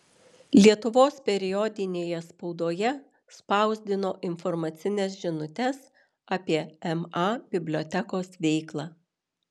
lietuvos periodinėje spaudoje spausdino informacines žinutes apie ma bibliotekos veiklą